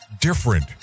different